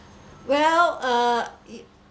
well uh it